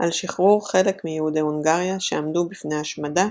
על שחרור חלק מיהודי הונגריה שעמדו בפני השמדה,